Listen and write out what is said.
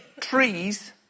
trees